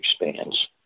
expands